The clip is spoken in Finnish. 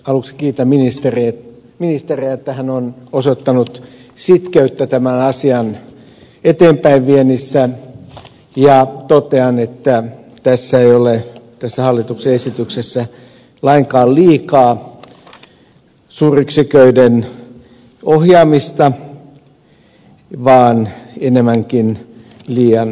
aluksi kiitän ministeriä että hän on osoittanut sitkeyttä tämän asian eteenpäin viennissä ja totean että tässä hallituksen esityksessä ei ole lainkaan liikaa suuryksiköiden ohjaamista vaan enemmänkin liian vähän